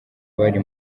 bari